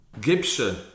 Gibson